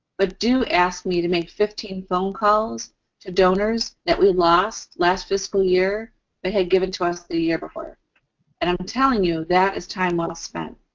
but do ask me to make fifteen phone calls to donors that we lost last fiscal year who but had given to us the year before and i'm telling you, that is time well spent.